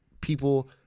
people